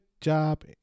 job